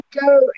go